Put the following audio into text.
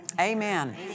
Amen